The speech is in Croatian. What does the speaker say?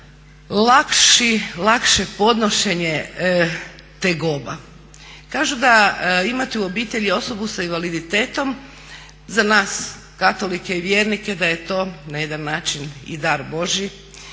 lakše podnošenje tegoba. Kažu da imati u obitelji osobu sa invaliditetom za nas katolike i vjernike da je to na jedan način i dar Božji